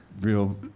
real